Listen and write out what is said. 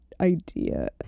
idea